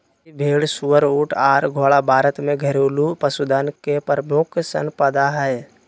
मवेशी, भेड़, सुअर, ऊँट आर घोड़ा भारत में घरेलू पशुधन के प्रमुख संपदा हय